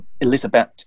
Elizabeth